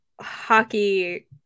hockey